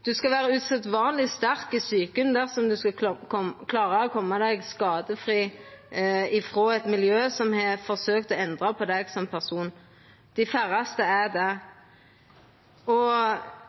Ein skal vera usedvanleg sterk i psyken dersom ein skal klara å koma seg skadefri frå eit miljø som har forsøkt å endra deg som person. Dei færraste er det.